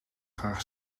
graag